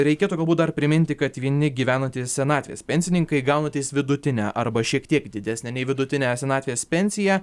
reikėtų galbūt dar priminti kad vieni gyvenantys senatvės pensininkai gaunantys vidutinę arba šiek tiek didesnę nei vidutinę senatvės pensiją